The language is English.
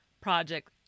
Project